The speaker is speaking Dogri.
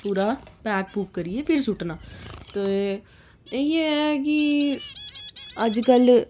पूरा पैक पूक करियै फिर सुट्टना ते इ'ये ऐ कि अज्जकल